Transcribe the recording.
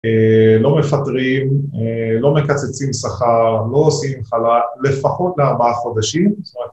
לא מפטרים, לא מקצצים שכר, לא עושים חל"ת לפחות לארבעה חודשים.